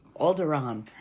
Alderaan